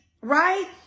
right